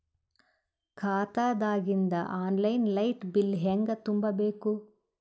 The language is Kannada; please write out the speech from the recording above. ಖಾತಾದಾಗಿಂದ ಆನ್ ಲೈನ್ ಲೈಟ್ ಬಿಲ್ ಹೇಂಗ ತುಂಬಾ ಬೇಕು?